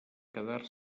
quedar